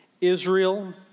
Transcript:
Israel